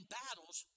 battles